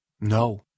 No